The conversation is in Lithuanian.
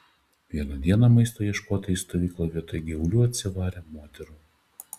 vieną dieną maisto ieškotojai į stovyklą vietoj gyvulių atsivarė moterų